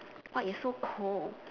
!wah! it's so cold